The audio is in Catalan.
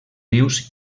rius